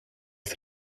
het